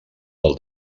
del